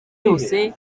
yose